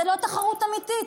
זו לא תחרות אמיתית.